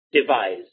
devise